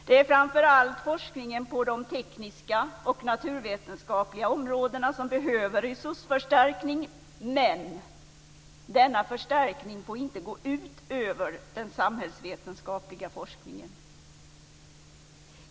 Det är framför allt forskningen på de tekniska och naturvetenskapliga områdena som behöver resursförstärkning, men denna förstärkning får inte gå ut över den samhällsvetenskapliga forskningen.